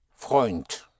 Freund